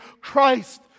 Christ